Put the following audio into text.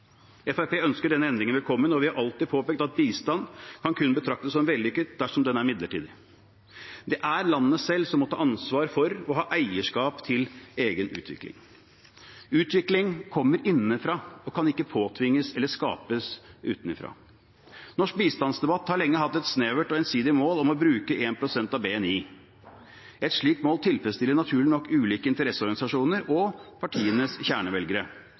ønsker den endringen velkommen, og vi har alltid påpekt at bistand kun kan betraktes som vellykket dersom den er midlertidig. Det er landene selv som må ta ansvar for og ha eierskap til egen utvikling. Utvikling kommer innenfra og kan ikke påtvinges eller skapes utenfra. I norsk bistandsdebatt har man lenge hatt et snevert og ensidig mål om å bruke 1 pst. av BNI. Et slikt mål tilfredsstiller naturlig nok ulike interesseorganisasjoner og partienes kjernevelgere.